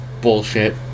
bullshit